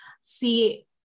see